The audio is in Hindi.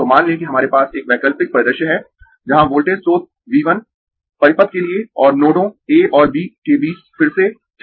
तो मान लें कि हमारे पास वैकल्पिक परिदृश्य है जहां वोल्टेज स्रोत V 1 परिपथ के लिए और नोडों a और b के बीच फिर से चलता है